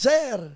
Sir